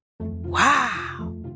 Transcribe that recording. Wow